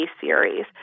series